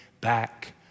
back